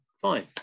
fine